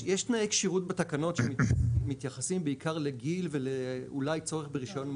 יש תנאי כשירות בתקנות שמתייחסים בעיקר לגיל ואולי צורך ברישיון מוקדם,